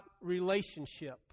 relationship